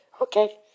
Okay